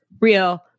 real